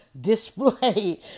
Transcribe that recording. display